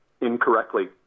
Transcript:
incorrectly